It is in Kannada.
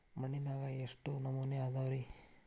ಮಣ್ಣಿನಾಗ ಎಷ್ಟು ನಮೂನೆ ಅದಾವ ರಿ?